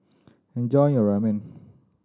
enjoy your Ramen